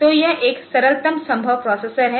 तो यह एक सरलतम संभव प्रोसेसर है